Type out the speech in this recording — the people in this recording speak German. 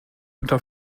unter